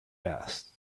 best